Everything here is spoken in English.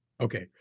Okay